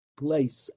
place